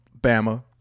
Bama